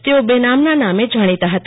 તેઓ બેનામ ના નામે જાણીતા હતા